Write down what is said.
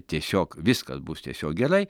tiesiog viskas bus tiesiog gerai